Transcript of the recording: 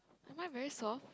am I very soft